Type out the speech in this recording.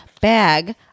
bag